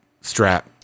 strap